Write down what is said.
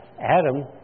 Adam